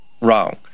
wrong